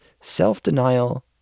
self-denial